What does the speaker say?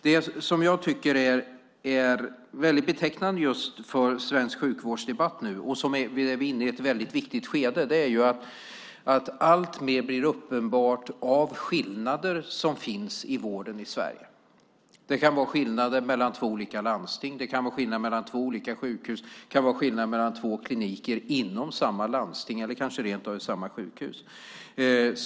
Det som är betecknande för svensk sjukvårdsdebatt, som ju är i ett väldigt viktigt skede, är att alltmer blir uppenbart av skillnaderna i vården i Sverige. Det kan vara skillnader mellan två olika landsting. Det kan vara skillnad mellan två olika sjukhus. Det kan vara skillnad mellan två kliniker inom samma landsting eller rent av inom samma sjukhus.